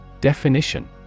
Definition